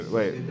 Wait